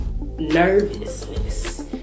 nervousness